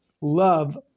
love